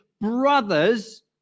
brother's